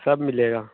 सब मिलेगा